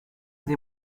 des